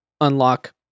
unlock